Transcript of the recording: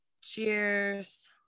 Cheers